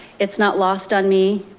it's not lost on me,